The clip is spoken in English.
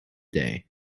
day